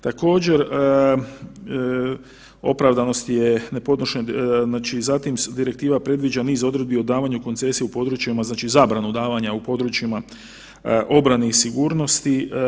Također, opravdanost je nepodnošenje, znači zatim Direktiva predviđa niz odredbi o davanju koncesija u područjima znači zabranu davanju u područjima obrane i sigurnosti.